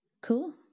Cool